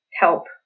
Help